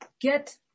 get